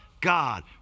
God